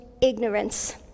ignorance